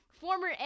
former